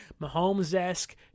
Mahomes-esque